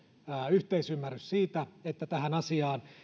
yhteisymmärrys siitä että tähän asiaan